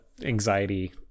anxiety